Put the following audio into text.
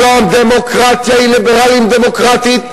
כל דמוקרטיה שהיא ליברלית דמוקרטית,